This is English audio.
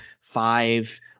five